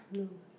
no